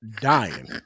Dying